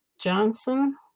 Johnson